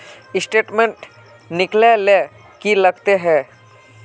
Statement निकले ले की लगते है?